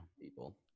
people